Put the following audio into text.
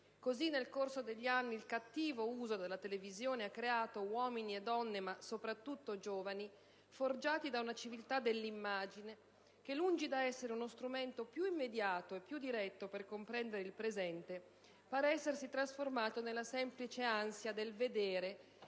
Così, nel corso degli anni, il cattivo uso della televisione ha creato uomini e donne, ma soprattutto giovani, forgiati da una civiltà dell'immagine che, lungi da essere uno strumento più immediato e diretto per comprendere il presente, pare essersi trasformata nella semplice ansia del vedere